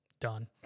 done